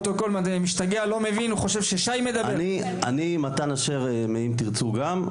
אני מתן אשר מ-'אם תרצו' גם,